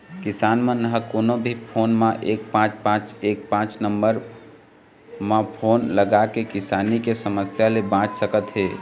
किसान मन ह कोनो भी फोन म एक पाँच पाँच एक नंबर म फोन लगाके किसानी के समस्या ले बाँच सकत हे